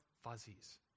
fuzzies